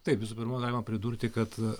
taip visų pirma galima pridurti kad